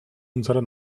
unserer